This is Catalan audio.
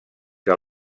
que